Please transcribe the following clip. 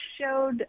showed